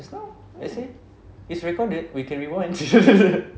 just now I say it's recorded we can rewind